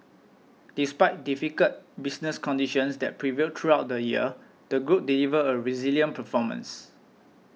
despite difficult business conditions that prevailed throughout the year the Group delivered a resilient performance